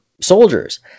soldiers